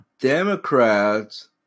Democrats